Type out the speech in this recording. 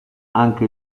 anche